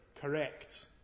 correct